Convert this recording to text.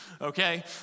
okay